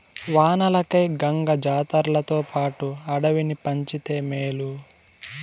వానలకై గంగ జాతర్లతోపాటు అడవిని పంచితే మేలు